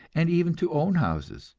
and even to own houses,